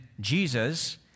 Jesus